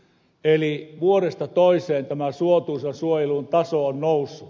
eli vuodesta toiseen tämä suotuisan suojelun taso on noussut